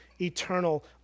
eternal